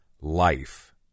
life